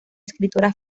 escritora